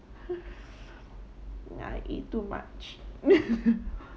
ya I eat too much